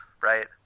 right